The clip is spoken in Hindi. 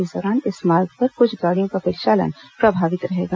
इस दौरान इस मार्ग पर कुछ गाड़ियों का परिचालन प्रभावित रहेगा